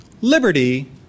liberty